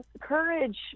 courage